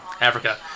Africa